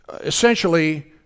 essentially